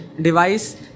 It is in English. device